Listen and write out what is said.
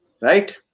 Right